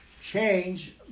Change